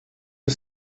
que